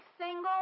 single